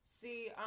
See